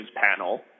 panel